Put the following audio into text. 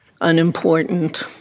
unimportant